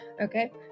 Okay